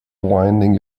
winding